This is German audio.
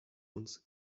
uns